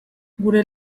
gure